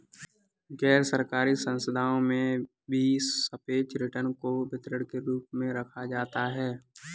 गैरसरकारी संस्थाओं में भी सापेक्ष रिटर्न को वितरण के रूप में रखा जाता है